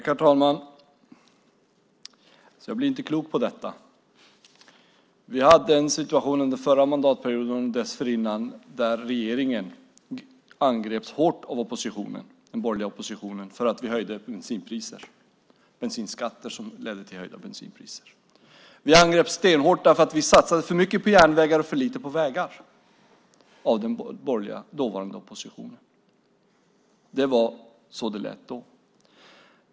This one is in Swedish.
Herr talman! Jag blir inte klok på detta. Vi hade en situation under den förra mandatperioden och dessförinnan där regeringen angreps hårt av den borgerliga oppositionen för att vi höjde bensinskatten, vilket ledde till höjda bensinpriser. Vi angreps stenhårt av den dåvarande borgerliga oppositionen för att vi satsade för mycket på järnvägar och för lite på vägar. Det var så det lät då.